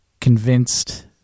convinced